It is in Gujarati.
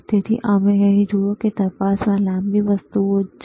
તેથી તમે જુઓ તપાસમાં આટલી લાંબી વસ્તુઓ છે